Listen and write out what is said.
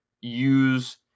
use